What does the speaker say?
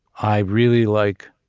i really like